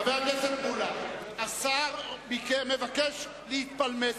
חבר הכנסת מולה, השר מבקש להתפלמס,